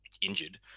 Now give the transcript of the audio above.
injured